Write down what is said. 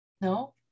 No